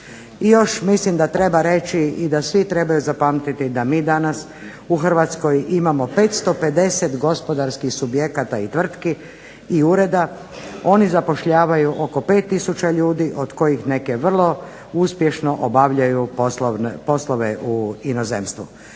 još mislim da treba reći i da svi trebaju zapamtiti da mi danas u Hrvatskoj imamo 550 gospodarskih subjekata i tvrtki i ureda. Oni zapošljavaju oko 5000 ljudi od kojih neke vrlo uspješno obavljaju poslove u inozemstvu.